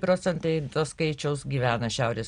procentai to skaičiaus gyvena šiaurės